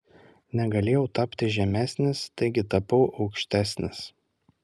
negalėjau tapti žemesnis taigi tapau aukštesnis